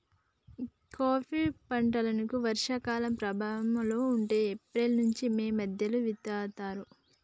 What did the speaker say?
ఖరీఫ్ పంటలను వర్షా కాలం ప్రారంభం లో అంటే ఏప్రిల్ నుంచి మే మధ్యలో విత్తుతరు